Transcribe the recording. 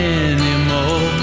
anymore